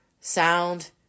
sound